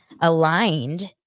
aligned